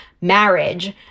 marriage